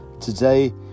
today